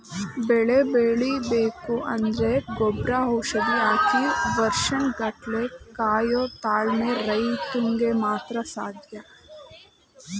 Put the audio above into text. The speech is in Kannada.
ಬೆಳೆ ಬೆಳಿಬೇಕು ಅಂದ್ರೆ ಗೊಬ್ರ ಔಷಧಿ ಹಾಕಿ ವರ್ಷನ್ ಗಟ್ಲೆ ಕಾಯೋ ತಾಳ್ಮೆ ರೈತ್ರುಗ್ ಮಾತ್ರ ಸಾಧ್ಯ